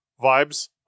vibes